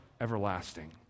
everlasting